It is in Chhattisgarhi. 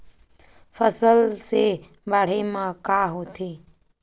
फसल से बाढ़े म का होथे?